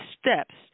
steps